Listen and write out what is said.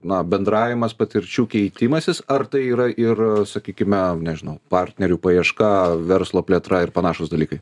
na bendravimas patirčių keitimasis ar tai yra ir sakykime nežinau partnerių paieška verslo plėtra ir panašūs dalykai